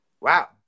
wow